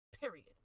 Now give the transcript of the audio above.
Period